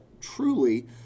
truly